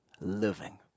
living